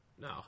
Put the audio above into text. No